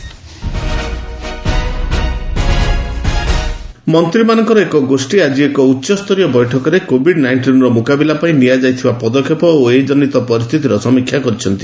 GoM ରିଭ୍ନ୍ୟ ମନ୍ତ୍ରୀମାନଙ୍କର ଏକ ଗୋଷ୍ଠୀ ଆଜି ଏକ ଉଚ୍ଚସ୍ତରୀୟ ବୈଠକରେ କୋଭିଡ୍ ନାଇଷ୍ଟିନର ମୁକାବିଲା ପାଇଁ ନିଆଯାଇଥିବା ପଦକ୍ଷେପ ଓ ଏ ଜନିତ ପରିସ୍ଥିତିର ସମୀକ୍ଷା କରିଛନ୍ତି